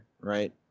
right